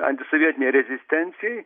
antisovietinei rezistencijai